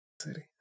city